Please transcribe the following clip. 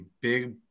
big